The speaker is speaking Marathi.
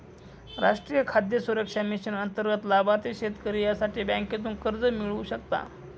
राष्ट्रीय खाद्य सुरक्षा मिशन अंतर्गत लाभार्थी शेतकरी यासाठी बँकेतून कर्ज मिळवू शकता